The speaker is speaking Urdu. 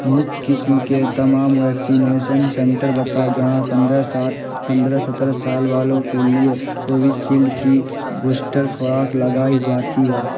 مفت قسم کے تمام ویکسینیسن سنٹر بتاؤ جہاں پندرہ سات پندرہ سترہ سال والوں کے لیے کوویشیلڈ کی بوسٹر خوراک لگائی جاتی ہو